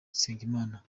nsengimana